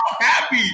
happy